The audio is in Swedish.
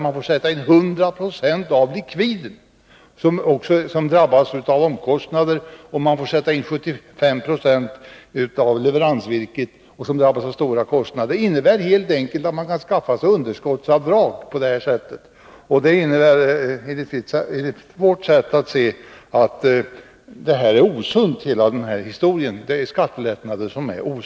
Man får sätta in 100 96 av likviden som drabbas av omkostnader, och man får sätta in 75 26 när det gäller leveransvirket, som drabbas av stora kostnader. Det här innebär helt enkelt att man kan skaffa sig underskottsavdrag. Enligt vårt sätt att se rör det sig här om osunda skattelättnader.